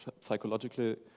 psychologically